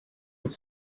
that